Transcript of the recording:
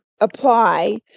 apply